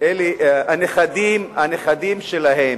אלה הנכדים שלהם,